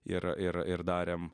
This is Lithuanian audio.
ir ir ir darėm